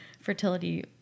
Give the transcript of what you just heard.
fertility